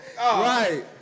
right